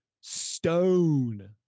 Stone